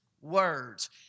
words